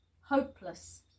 hopeless